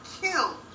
kill